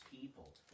people